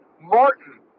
Martin